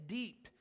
deep